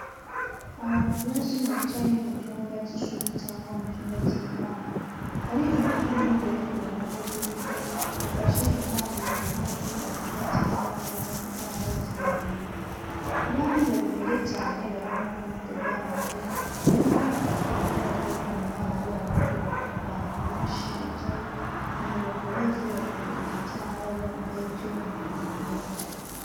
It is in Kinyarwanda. Abantu benshi bicaye mu cyumba cy’ishuri cyangwa mu cyumba cy'inama. Hari umuntu uri imbere ku ruhande rw’iburyo afashe indangururamajwi avuga cyangwa arimo gutanga ikiganiro. Abandi bari imbere cyane, barimo kumutega amatwi, harimo abagabo n’abagore inyuma hari abandi bantu benshi bicaye mu mirongo bose bategereje cyangwa bumva icyo umuntu uvuga.